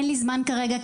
אין לי זמן כרגע,